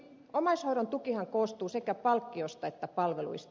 omaishoidon tukihan koostuu sekä palkkiosta että palveluista